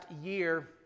year